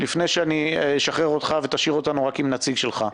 לפני שאני אשחרר אותך ותשאיר אותנו רק עם נציג שלך,